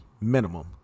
minimum